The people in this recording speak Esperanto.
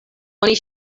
oni